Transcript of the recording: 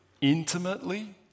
intimately